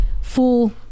fool